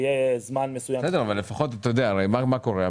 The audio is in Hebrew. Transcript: בסדר, אבל הרי מה קורה?